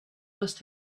must